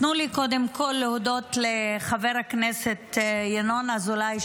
תנו לי קודם כול להודות לחבר הכנסת ינון אזולאי,